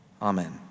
Amen